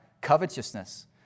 covetousness